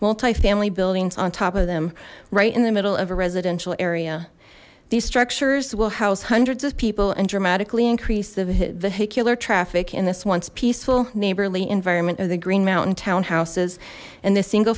multifamily buildings on top of them right in the middle of a residential area these structures will house hundreds of people and dramatically increase the vehicular traffic in this once peaceful neighborly environment of the green mountain townhouses and the single